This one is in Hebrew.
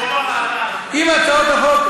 אם הצעות החוק,